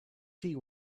see